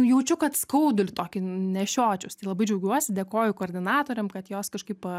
jaučiu kad skaudulį tokį nešiočiaus tai labai džiaugiuosi dėkoju koordinatorėm kad jos kažkaip